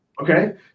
Okay